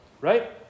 Right